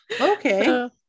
Okay